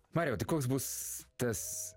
marijau tai koks bus tas